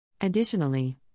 Additionally